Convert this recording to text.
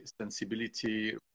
sensibility